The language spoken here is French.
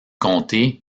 comté